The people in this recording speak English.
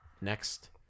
Next